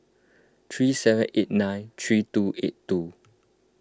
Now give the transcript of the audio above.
three seven eight nine three two eight two